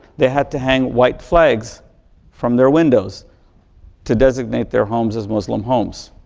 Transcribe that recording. they had to hang white flags from their windows to designate their homes as muslim homes.